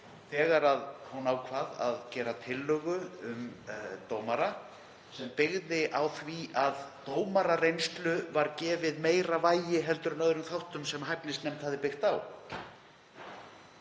þegar hún ákvað að gera tillögu um dómara sem byggðist á því að dómarareynslu var gefið meira vægi en öðrum þáttum sem hæfnisnefnd hafði byggt á.